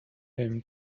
them